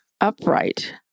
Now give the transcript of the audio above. upright